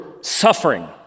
suffering